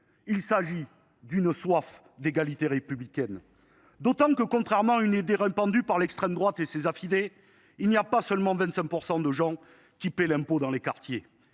d’étancher une soif d’égalité républicaine. D’autant que, contrairement à une idée répandue par l’extrême droite et ses affidés, il n’y a pas seulement 25 % de Français qui paient l’impôt dans les quartiers.